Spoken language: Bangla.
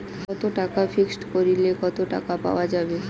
কত টাকা ফিক্সড করিলে কত টাকা পাওয়া যাবে?